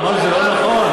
אמרנו שזה לא נכון.